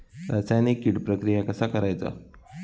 रासायनिक कीड प्रक्रिया कसा करायचा?